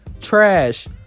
trash